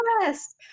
yes